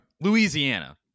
Louisiana